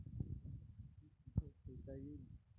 मले बचत खाते कुठ खोलता येईन?